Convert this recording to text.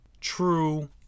true